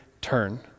turn